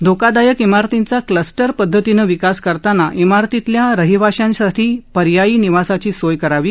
धोकादायक इमारतींचा क्लस्टर पद्धतीने विकास करताना इमारतीतील रहिवाशांसाठी पर्यायी निवासाची सोय करावी